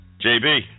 JB